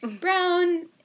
Brown